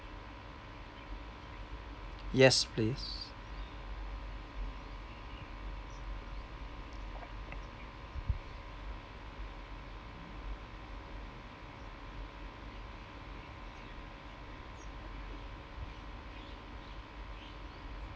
yes please